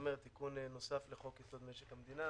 תיקון נוסף לחוק-יסוד: משק המדינה.